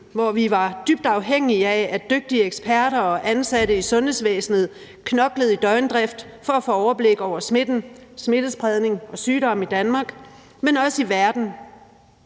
hvor vi var dybt afhængige af, at dygtige eksperter og ansatte i sundhedsvæsenet knoklede i døgndrift for at få overblik over smitten, smittespredning og sygdom i Danmark, men også i verden.